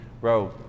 bro